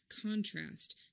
contrast